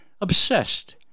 obsessed